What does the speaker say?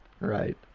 Right